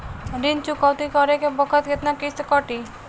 ऋण चुकौती करे बखत केतना किस्त कटी?